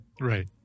Right